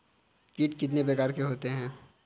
कीट कितने प्रकार के होते हैं?